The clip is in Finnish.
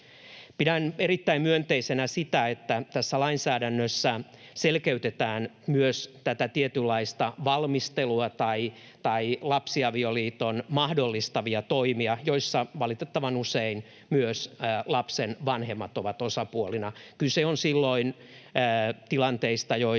Pidän erittäin myönteisenä sitä, että tässä lainsäädännössä selkeytetään myös tätä tietynlaista valmistelua tai lapsiavioliiton mahdollistavia toimia, joissa valitettavan usein myös lapsen vanhemmat ovat osapuolina. Kyse on silloin tilanteista,